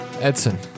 Edson